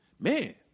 man